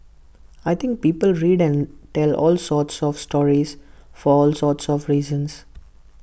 I think people read and tell all sorts of stories for all sorts of reasons